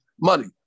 money